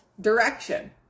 direction